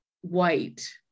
white